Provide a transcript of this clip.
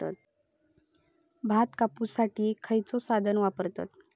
भात कापुसाठी खैयचो साधन वापरतत?